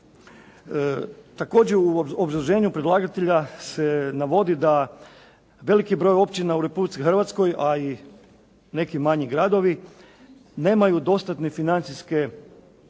Također u obrazloženju predlagatelja se navodi da veliki broj općina u Republici Hrvatskoj a i neki manji gradovi nemaju dostatne financijske